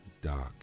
dark